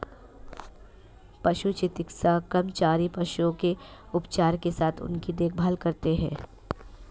पशु चिकित्सा कर्मचारी पशुओं के उपचार के साथ उनकी देखभाल करते हैं